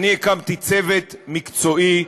אני הקמתי צוות מקצועי.